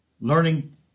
Learning